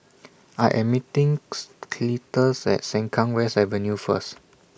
I Am meeting Cletus At Sengkang West Avenue First